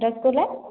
rasgulla